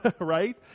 right